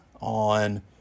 on